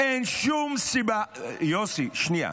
אין שום סיבה ------ יוסי, שנייה.